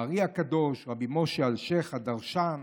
האר"י הקדוש, רבי משה אלשיך הדרשן